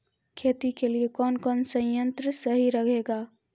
खेती के लिए कौन कौन संयंत्र सही रहेगा?